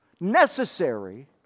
necessary